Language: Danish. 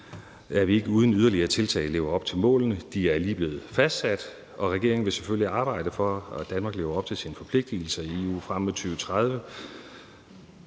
at vi ikke uden yderligere tiltag lever op til målene. De er lige blevet fastsat, og regeringen vil selvfølgelig arbejde for, at Danmark lever op til sine forpligtigelser i EU frem mod 2030.